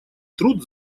труд